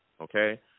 okay